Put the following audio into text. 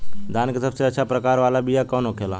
धान के सबसे अच्छा प्रकार वाला बीया कौन होखेला?